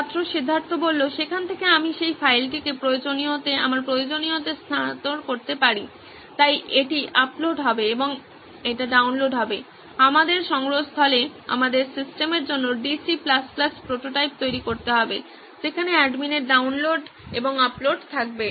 ছাত্র সিদ্ধার্থ সেখান থেকে আমি সেই ফাইলটিকে প্রয়োজনীয়তে আমার প্রয়োজনীয়তে স্থানান্তর করতে পারি তাই এটি আপলোড হবে এবং এটি ডাউনলোড হবে আমাদের সংগ্রহস্থলে আমাদের সিস্টেমের জন্য ডিসি DC প্রোটোটাইপ তৈরি করতে হবে যেখানে অ্যাডমিনের ডাউনলোড এবং আপলোড থাকবে